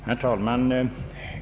Herr talman!